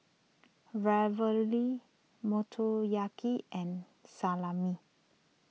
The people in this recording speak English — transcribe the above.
Ravioli Motoyaki and Salami